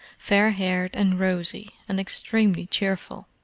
fair-haired and rosy, and extremely cheerful.